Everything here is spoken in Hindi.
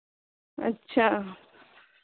अच्छा